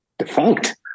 defunct